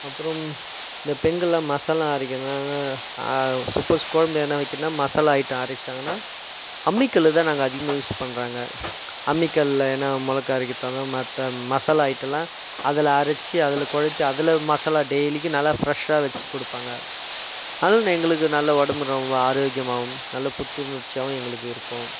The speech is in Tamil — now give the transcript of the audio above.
அப்புறம் இந்த பெண்கள்லாம் மசாலா அரைக்கிறதுன்னா சப்போஸ் குழம்பு எதுனால் வைக்கணும்னா மசாலா ஐட்டம் அரைச்சாங்கன்னா அம்மிக்கல்லுதான் நாங்கள் அதிகமாக யூஸ் பண்ணுறாங்க அம்மிக்கல்லை ஏன்னாமிளகா அரைக்கிறதாக இருந்தால் மற்ற மசாலா ஐட்டமெலாம் அதில் அரைச்சி அதில் குழப்பி அதில் மசாலா டெய்லிக்கும் நல்லா ஃப்ரெஷ்ஷாக வச்சுக் கொடுப்பாங்க அதுவும் எங்களுக்கு நல்ல உடம்பு ரொம்ப ஆரோக்கியமாகவும் நல்ல புத்துணர்ச்சியாகவும் எங்களுக்கு இருக்கும்